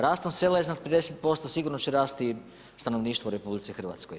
Rastom sela iznad 50% sigurno će rasti i stanovništvo u RH.